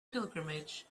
pilgrimage